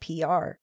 PR